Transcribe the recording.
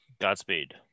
Godspeed